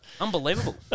unbelievable